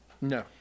No